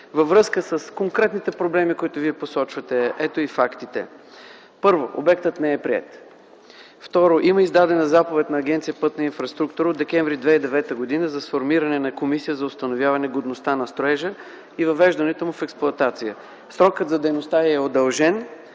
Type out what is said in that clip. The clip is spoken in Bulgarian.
Във връзка с конкретните проблеми, които Вие посочвате, ето и фактите: 1. Обектът не е приет. 2. Има издадена заповед на Агенция „Пътна инфраструктура” от м. декември 2009 г. за сформиране на комисия за установяване годността на строежа и въвеждането му в експлоатация. Срокът на дейността е удължен